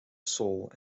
sole